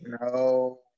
No